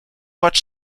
much